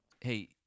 Hey